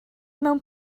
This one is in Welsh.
mewn